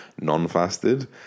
non-fasted